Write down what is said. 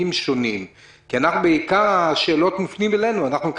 כי עיקר השאלות מופנות אלינו ואנחנו,